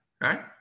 right